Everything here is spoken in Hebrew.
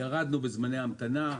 ירדנו בזמני המתנה.